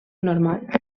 normal